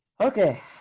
Okay